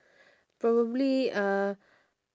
probably uh